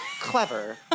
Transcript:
clever